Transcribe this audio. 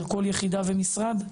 של כל יחידה ומשרד.